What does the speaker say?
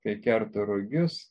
kai kerta rugius